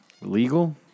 Legal